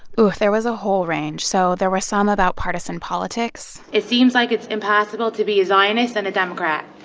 ah there was a whole range. so there were some about partisan politics it seems like it's impossible to be a zionist and a democrat.